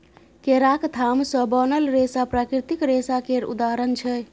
केराक थाम सँ बनल रेशा प्राकृतिक रेशा केर उदाहरण छै